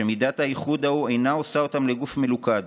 שמידת האיחוד ההוא אינה עושה אותם לגוף מלוכד,